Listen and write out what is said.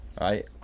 right